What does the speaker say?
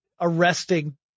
arresting